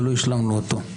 לא השלמנו אותו.